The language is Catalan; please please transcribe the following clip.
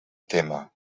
témer